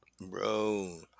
Bro